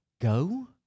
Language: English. go